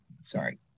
sorry